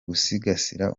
gusigasira